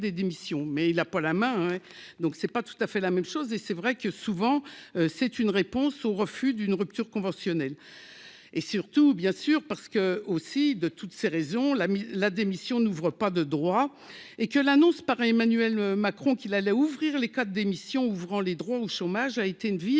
mais il a pas la main, hein. Donc c'est pas tout à fait la même chose et c'est vrai que souvent, c'est une réponse au refus d'une rupture conventionnelle et surtout bien sûr parce que, aussi, de toutes ces raisons-là la démission n'ouvre pas de droits et que l'annonce par Emmanuel Macron, qu'il allait ouvrir les quatre démission ouvrant les droits au chômage a été une vie une